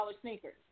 sneakers